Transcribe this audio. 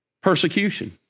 persecution